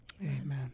amen